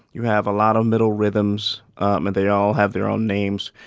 you have a lot of middle rhythms and they all have their own names.